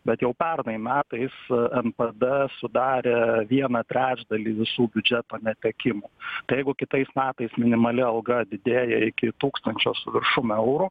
bet jau pernai metais npd sudarė vieną trečdalį visų biudžeto netekimų tai jeigu kitais metais minimali alga didėja iki tūkstančio su viršum eurų